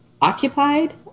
occupied